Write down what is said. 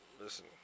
listen